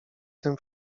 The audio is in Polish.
tym